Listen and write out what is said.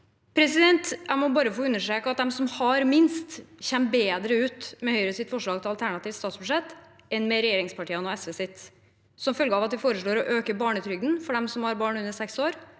Jeg må bare få understreke at de som har minst, kommer bedre ut med Høyres forslag til alternativt statsbudsjett enn med regjeringspartiene og SVs, som følge av at vi foreslår å øke barnetrygden for dem som har barn under seks år,